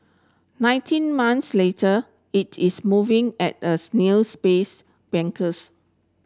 nineteen months later it is moving at a snail's pace bankers